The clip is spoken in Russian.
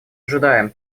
ожидаем